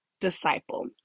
disciple